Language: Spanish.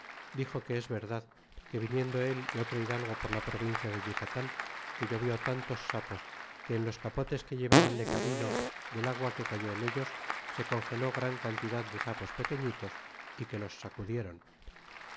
dixo que es verdad que viniendo él y otro hidalgo por ta provincia de yucatan que llovió tantos sapos que en los capotes que llevaban de camino del agua que cayó en ellos se congeló grau cantidad de sapos pequeñitos y que los sacudieron